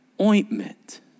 ointment